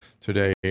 today